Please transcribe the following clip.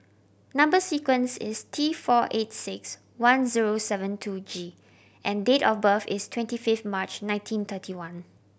number sequence is T four eight six one zero seven two G and date of birth is twenty fifth March nineteen thirty one